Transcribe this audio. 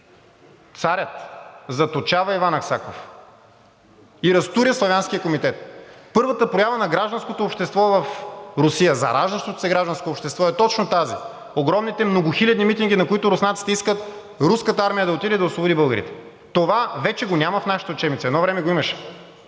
Царят заточава Иван Аксаков и разтуря Славянския комитет. Първата проява на гражданското общество в Русия, зараждащото се гражданско общество, е точно тази – огромните, многохилядни митинги, на които руснаците искат руската армия да отиде и да освободи българите. Това вече го няма в нашите учебници, едно време го имаше.